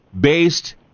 based